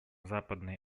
западной